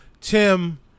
Tim